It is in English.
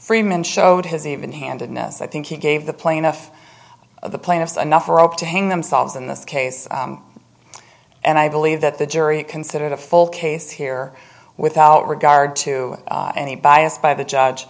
freeman showed his even handedness i think he gave the plaintiff the plaintiff's anough rope to hang themselves in this case and i believe that the jury considered a full case here without regard to any bias by the judge